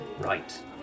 Right